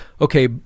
okay